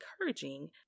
encouraging